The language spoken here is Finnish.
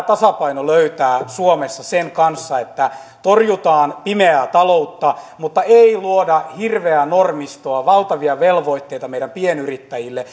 tasapaino löytää suomessa sen kanssa että torjutaan pimeää taloutta mutta ei luoda hirveää normistoa valtavia velvoitteita meidän pienyrittäjillemme